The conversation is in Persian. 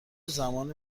زمان